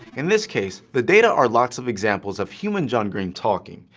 in this case, the data are lots of examples of human john green talking,